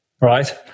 right